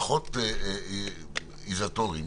פחות אזוטריים.